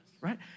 right